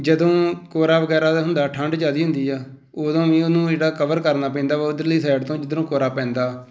ਜਦੋਂ ਕੋਰਾ ਵਗੈਰਾ ਦਾ ਹੁੰਦਾ ਠੰਢ ਜ਼ਿਆਦਾ ਹੁੰਦੀ ਆ ਉਦੋਂ ਵੀ ਉਹਨੂੰ ਜਿਹੜਾ ਕਵਰ ਕਰਨਾ ਪੈਂਦਾ ਵਾ ਉੱਧਰਲੀ ਸਾਈਡ ਤੋਂ ਜਿੱਧਰੋਂ ਕੋਰਾ ਪੈਂਦਾ